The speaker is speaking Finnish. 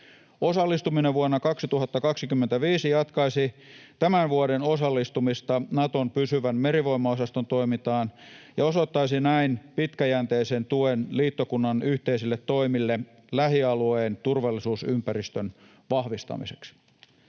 Osallistuminen vuonna 2025 jatkaisi tämän vuoden osallistumista Naton pysyvän merivoimaosaston toimintaan ja osoittaisi näin pitkäjänteisen tuen liittokunnan yhteisille toimille lähialueen turvallisuusympäristön vahvistamiseksi.